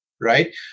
right